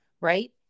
Right